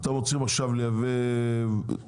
אתם רוצים עכשיו לייבא וולוו,